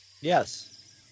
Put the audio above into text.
Yes